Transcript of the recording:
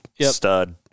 Stud